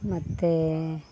ಮತ್ತು